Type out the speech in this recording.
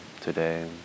today